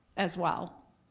as well.